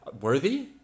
worthy